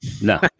No